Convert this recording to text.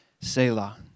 Selah